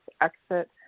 exit